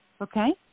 Okay